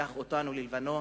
קח אותנו ללבנון